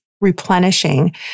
replenishing